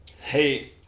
Hey